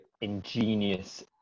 ingenious